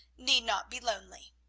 need not be lonely.